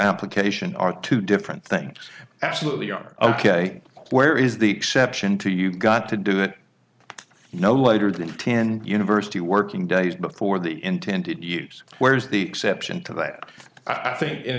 application are two different things absolutely are ok where is the exception to you got to do it no later than ten university working days before the intended use where's the exception to that i think in